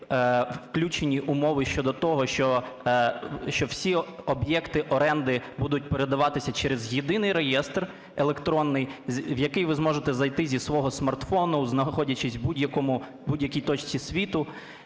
включені умови щодо того, що всі об'єкти оренди будуть передаватися через єдиний реєстр електронний, в який ви зможете зайти зі свого смартфону, знаходячись в будь-якій точці світу.